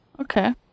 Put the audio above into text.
okay